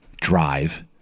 Drive